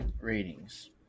Ratings